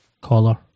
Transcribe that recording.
Caller